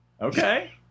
Okay